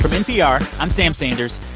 um npr, i'm sam sanders.